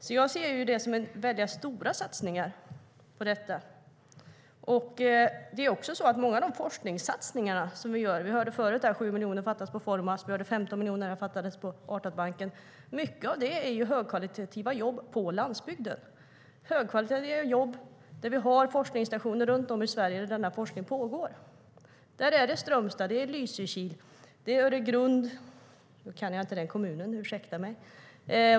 Jag ser alltså det här som väldigt stora satsningar. Det är också så att många av de forskningssatsningar vi gör - vi hörde förut att det fattas 7 miljoner på Formas och 15 miljoner på Artdatabanken - gäller högkvalitativa jobb på landsbygden. Det är högkvalitativa jobb på forskningsstationer runt om i Sverige, där forskning pågår. Det är i Strömstad, Lysekil och Öregrund - nu kan jag inte den kommunen; ursäkta mig.